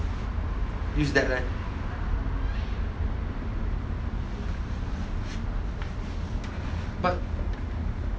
use that leh but